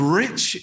rich